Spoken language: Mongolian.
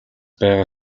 байгаа